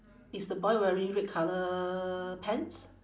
is the boy wearing red colour pants